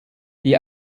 die